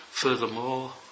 Furthermore